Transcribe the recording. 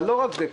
אבל לא רק זה,